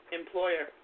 employer